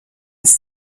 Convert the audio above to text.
aus